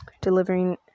delivering